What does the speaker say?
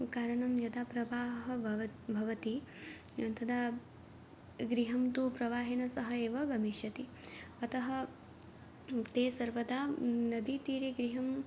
कारणं यदा प्रवाहः भव भवति तदा गृहं तु प्रवाहेण सह एव गमिष्यति अतः ते सर्वदा नदीतीरे गृहम्